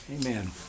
Amen